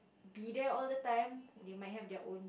be there all the time they might have their own